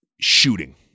shooting